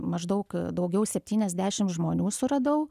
maždaug daugiau septyniasdešimt žmonių suradau